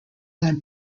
san